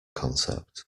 concept